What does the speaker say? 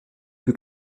plus